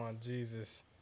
Jesus